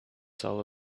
soul